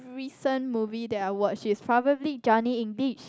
recent movie that I watched is probably Johnny-English